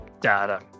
data